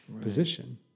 position